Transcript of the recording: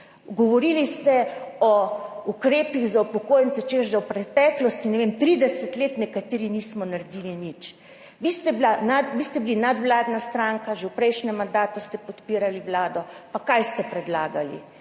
Govorili ste o ukrepih za upokojence, češ da v preteklosti, 30 let nekateri nismo naredili nič. Vi ste bili nadvladna stranka, že v prejšnjem mandatu ste podpirali Vlado. Kaj ste predlagali?